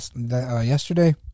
yesterday